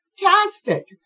fantastic